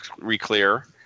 re-clear